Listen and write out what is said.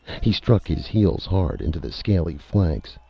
he struck his heels hard into the scaly flanks.